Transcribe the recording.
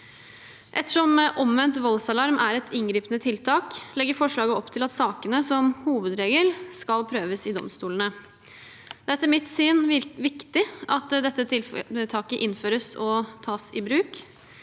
Ettersom omvendt voldsalarm er et inngripende tiltak, legger forslaget opp til at sakene som hovedregel skal prøves i domstolene. Det er etter mitt syn viktig at dette tiltaket innføres og tas i bruk.